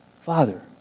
Father